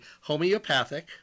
homeopathic